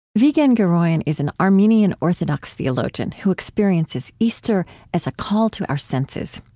vigen guroian is an armenian orthodox theologian who experiences easter as a call to our senses.